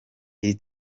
iri